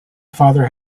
father